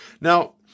Now